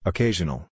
Occasional